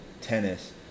tennis